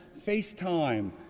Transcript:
FaceTime